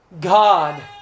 God